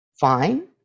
fine